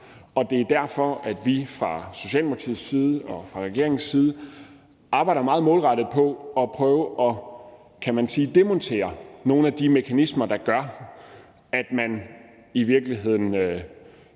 Det er derfor, vi fra Socialdemokratiets side og fra regeringens side arbejder meget målrettet på at prøve at demontere nogle af de mekanismer, der gør, at menneskesmuglerne